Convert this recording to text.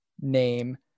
name